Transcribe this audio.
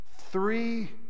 three